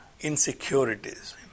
insecurities